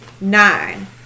Nine